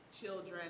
children